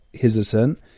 hesitant